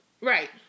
Right